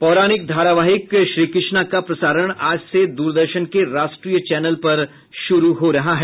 पौराणिक धारावाहिक श्री कृष्णा का प्रसारण द्रदर्शन के राष्ट्रीय चैनल पर शुरू हो रहा है